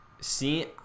see